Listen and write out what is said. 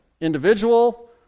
individual